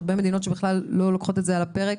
יש הרבה מדינות שבכלל לא לוקחות את זה על הפרק.